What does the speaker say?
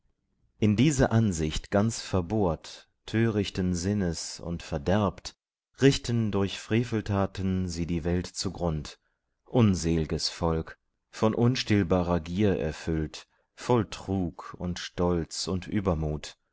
in diese ansicht ganz verbohrt törichten sinnes und verderbt richten durch freveltaten sie die welt zugrund unsel'ges volk von unstillbarer gier erfüllt voll trug und stolz und übermut